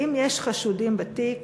1. האם יש חשודים בתיק?